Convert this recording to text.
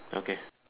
okay